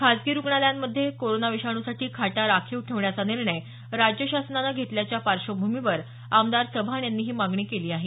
खाजगी रूग्णालयांमधे कोरोना विषाण्साठी खाटा राखीव ठेवण्याचा निर्णय राज्य शासनानं घेतल्याच्या पार्श्वभूमीवर आमदार चव्हाण यांनी ही मागणी केली आहे